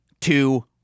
two